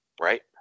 Right